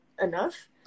enough